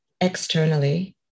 externally